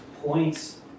points